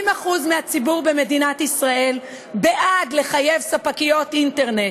70% מהציבור במדינת ישראל בעד חיוב ספקיות אינטרנט